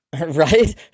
Right